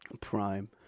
Prime